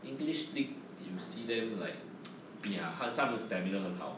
english league you see them like pia 他们 stamina 很好